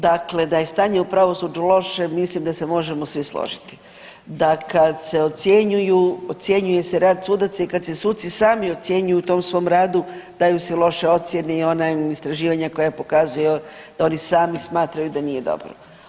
Dakle, da je stanje u pravosuđu loše mislim da se možemo svi složiti, da kad se ocjenjuje se rad sudaca i kad se suci sami ocjenjuju u tom svom radu daju si loše ocjene i ona istraživanja koja pokazuju da oni sami smatraju da nije dobro.